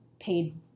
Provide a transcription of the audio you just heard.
paid